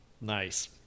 Nice